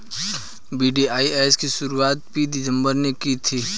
VDIS की शुरुआत P Chidambaram ने की थी